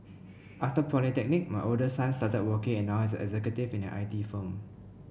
after polytechnic my oldest son started working and now he's an executive in an I T firm